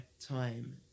time